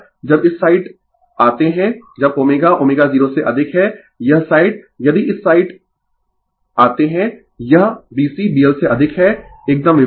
जब इस साइड आते है जब ω ω0 से अधिक है यह साइड यदि इस साइड आते है यह B C B L से अधिक है एकदम विपरीत